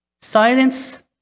Silence